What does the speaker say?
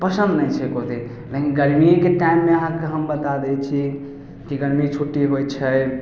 पसन्द नहि छै एको दिन नहि गर्मीके टाइममे अहाँकेॅं हम बता दै छी कि गर्मी छुट्टी होइ छै